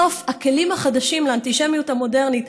בסוף הכלים החדשים לאנטישמיות המודרנית,